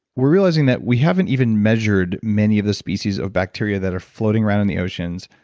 we're realizing that we haven't even measured many of the species of bacteria that are floating around in the oceans,